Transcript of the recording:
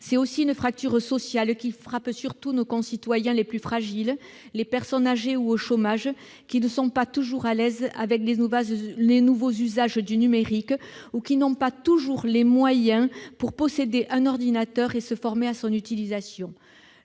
C'est aussi une fracture sociale qui frappe surtout nos concitoyens les plus fragiles, les personnes âgées ou au chômage, qui ne sont pas toujours à l'aise avec les nouveaux usages numériques ou qui n'ont pas toujours les moyens de posséder un ordinateur et de se former à son utilisation.